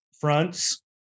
fronts